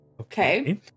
Okay